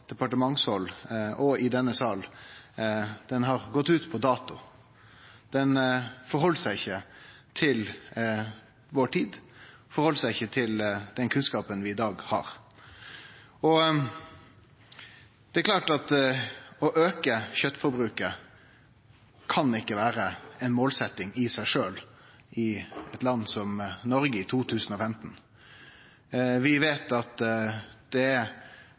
og i denne salen, har loven frå 1936 gått ut på dato. Han har gått ut på dato, han forheld seg ikkje til vår tid, han forheld seg ikkje til den kunnskapen vi i dag har. Det er klart at å auke kjøtforbruket kan ikkje vere ei målsetting i seg sjølv i eit land som Noreg i 2015. Vi veit at det er